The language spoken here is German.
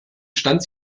stand